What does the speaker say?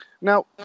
Now